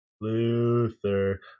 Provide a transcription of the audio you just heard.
Luther